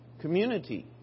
Community